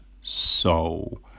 soul